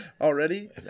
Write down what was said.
Already